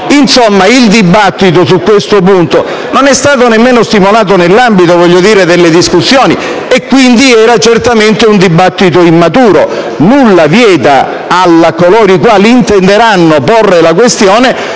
Insomma, il dibattito su questo punto non è stato neanche stimolato nell'ambito delle discussioni e, quindi, era certamente un dibattito immaturo. Nulla vieta, a coloro i quali intenderanno sollevare la questione,